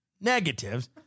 negatives